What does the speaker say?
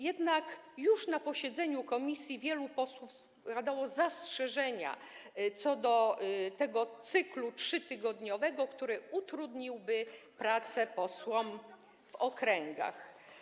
Jednak już na posiedzeniu komisji wielu posłów składało zastrzeżenia co do tego cyklu 3-tygodniowego, który utrudniłby pracę posłom w okręgach.